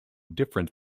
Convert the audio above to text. difference